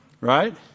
Right